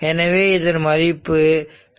எனவே இதன் மதிப்பு 2